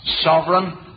sovereign